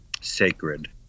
sacred